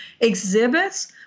exhibits